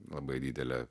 labai didelė